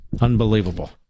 Unbelievable